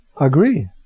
agree